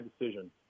decision